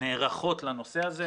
נערכות לנושא הזה,